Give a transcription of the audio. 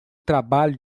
trabalho